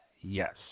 Yes